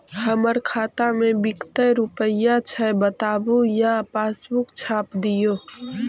हमर खाता में विकतै रूपया छै बताबू या पासबुक छाप दियो?